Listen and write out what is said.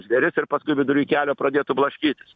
žvėris ir paskui vidury kelio pradėtų blaškytis